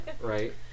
right